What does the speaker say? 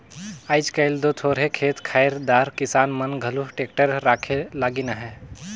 आएज काएल दो थोरहे खेत खाएर दार किसान मन घलो टेक्टर राखे लगिन अहे